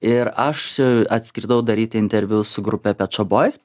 ir aš atskridau daryti interviu su grupe pečobois